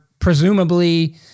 presumably